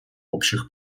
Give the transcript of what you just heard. общих